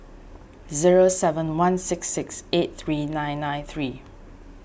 zero seven one six six eight three nine nine three